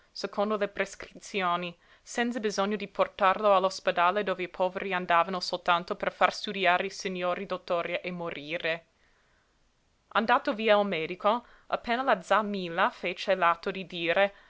secondo le prescrizioni senza bisogno di portarlo all'ospedale dove i poveri andavano soltanto per far studiare i signori dottori e morire andato via il medico appena la z'a milla fece l'atto di dire